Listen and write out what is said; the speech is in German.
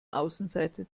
außenseiter